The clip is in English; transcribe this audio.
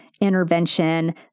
intervention